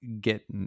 get